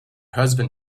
husband